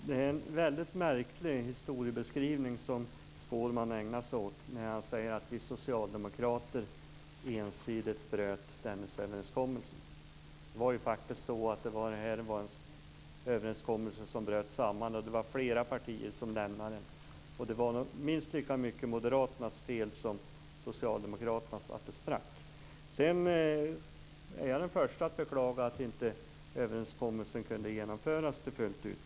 Fru talman! Det är en väldigt märklig historiebeskrivning som Skårman ägnar sig åt när han säger att vi socialdemokrater ensidigt bröt Dennisöverenskommelsen. Det här var ju faktiskt en överenskommelse som bröt samman, och det var flera partier som lämnade. Det var nog minst lika mycket Moderaternas fel som Socialdemokraternas att det sprack. Sedan är jag den förste att beklaga att överenskommelsen inte kunde genomföras fullt ut.